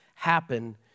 happen